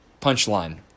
Punchline